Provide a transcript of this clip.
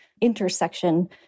intersection